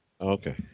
Okay